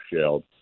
shell